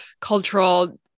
cultural